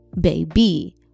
baby